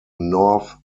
north